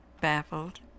baffled